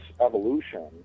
evolution